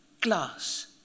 Glass